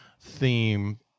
theme